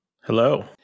Hello